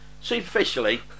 Superficially